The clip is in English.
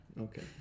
Okay